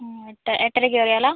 എട്ടരയ്ക്ക് കയറിയാലാണോ